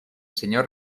señor